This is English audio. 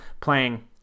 playing